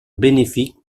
bénéfique